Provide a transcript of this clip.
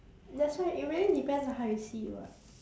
that's why it really depends on how you see it [what]